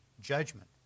judgment